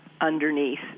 underneath